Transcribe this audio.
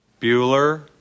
Bueller